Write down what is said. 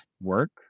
work